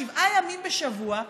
שבעה ימים בשבוע,